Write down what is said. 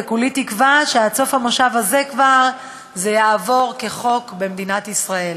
וכולי תקווה שעד סוף המושב הזה זה כבר יעבור כחוק במדינת ישראל.